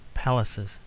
palaces,